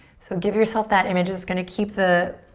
so give yourself that image. it's gonna keep the